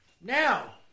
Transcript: Now